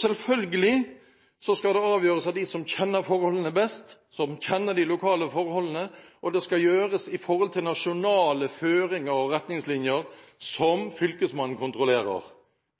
Selvfølgelig skal det avgjøres av dem som kjenner forholdene best, som kjenner de lokale forholdene, og det skal gjøres etter nasjonale føringer og retningslinjer som Fylkesmannen kontrollerer.